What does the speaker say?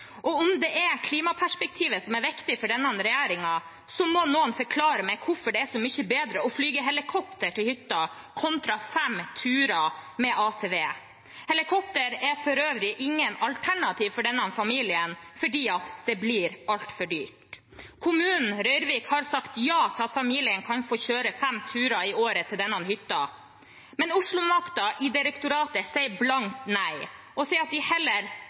Og om det er klimaperspektivet som er viktig for denne regjeringen, må noen forklare meg hvorfor det er så mye bedre å fly helikopter til hytta kontra fem turer med ATV. Helikopter er for øvrig ikke noe alternativ for denne familien fordi det blir altfor dyrt. Røyrvik kommune har sagt ja til at familien kan få kjøre fem turer i året til denne hytta, men Oslo-makta i direktoratet sier blankt nei og sier at de heller